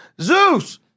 Zeus